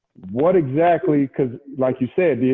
what exactly, because, like you said, yeah